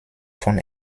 von